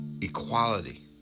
equality